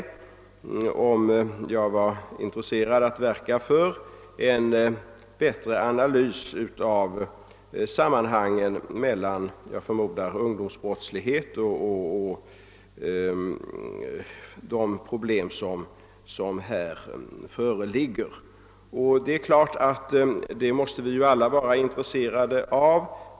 Han frågade om jag var intresserad av att verka för en bättre analys av sammanhangen mellan, förmodar jag, ungdomsbrottsligheten och de problem vi här diskuterar. Den saken är vi givetvis alla intresserade av.